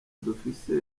dufise